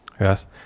Yes